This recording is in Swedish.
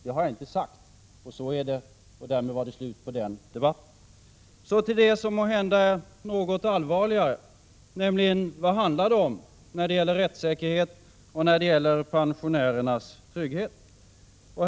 Jag har inte sagt det. Så är det, och därmed var det slut på den debatten. Så till det som måhända är något allvarligare, nämligen vad det handlar om när det gäller rättssäkerheten och pensionärernas trygghet.